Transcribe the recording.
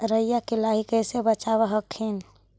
राईया के लाहि कैसे बचाब हखिन?